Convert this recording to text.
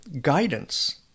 guidance